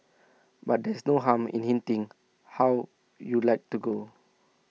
but there's no harm in hinting how you'd like to go